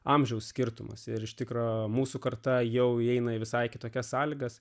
amžiaus skirtumas ir iš tikro mūsų karta jau įeina į visai kitokias sąlygas